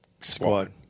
Squad